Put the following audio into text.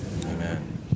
Amen